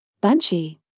Banshee